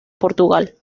portugal